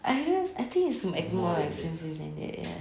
I don't I think it's more expensive than that ya